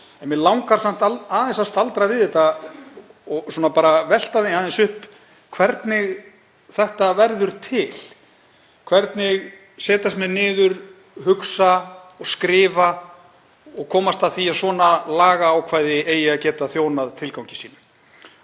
en mig langar samt aðeins að staldra við þetta og velta því aðeins upp hvernig þetta verður til: Hvernig setjast menn niður, hugsa og skrifa og komast að því að svona lagaákvæði eigi að geta þjónað tilgangi sínum?